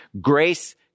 Grace